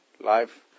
life